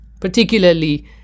particularly